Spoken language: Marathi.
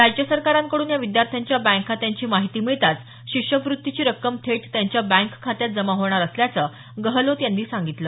राज्य सरकारांकडून या विद्यार्थ्यांच्या बँक खात्यांची माहिती मिळताच शिष्यवृत्तीची रक्कम थेट त्यांच्या बँक खात्यात जमा होणार असल्याचं गहलोत यांनी सांगितलं